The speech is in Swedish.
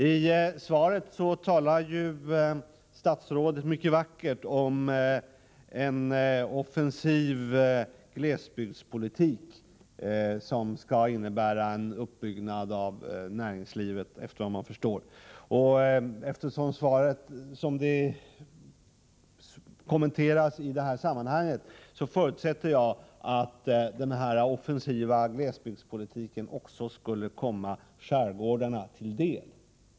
I sitt svar talade ju statsrådet mycket vackert om en offensiv glesbygdspolitik som, såvitt jag förstår, skall innebära en uppbyggnad av näringslivet. Jag förutsätter att denna offensiva glesbygdspolitik också skall komma skärgårdarna till del.